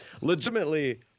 Legitimately